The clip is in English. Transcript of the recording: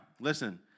Listen